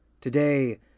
Today